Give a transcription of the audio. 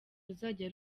ruzajya